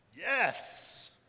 Yes